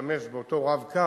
להשתמש באותו "רב-קו",